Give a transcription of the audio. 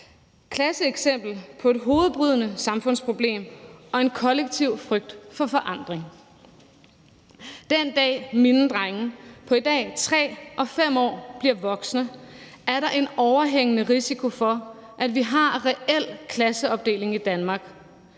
klassisk eksempel på et samfundsproblem, der giver hovedbrud, og en kollektiv frygt for forandring. Den dag, mine drenge på i dag 3 og 5 år bliver voksne, er der en overhængende risiko for at vi har reel klasseopdeling i Danmark,